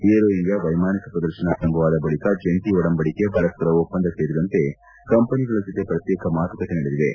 aero India ವೈಮಾನಿಕ ಪ್ರದರ್ಶನ ಆರಂಭವಾದ ಬಳಿಕ ಜಂಟಿ ಒಡಂಬಡಕೆ ಪರಸ್ಪರ ಒಪ್ಪಂದ ಸೇರಿದಂತೆ ಕಂಪನಿಗಳ ಜೊತೆ ಪ್ರತ್ವೇಕ ಮಾತುಕತೆ ನಡೆದಿವೆ